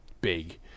big